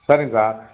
சரிங்க சார்